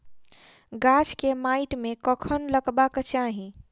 गाछ केँ माइट मे कखन लगबाक चाहि?